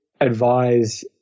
advise